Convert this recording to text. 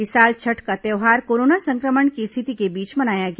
इस साल छठ का त्योहार कोरोना संक्रमण की स्थिति के बीच मनाया गया